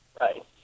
right